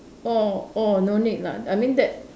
oh oh no need lah I mean that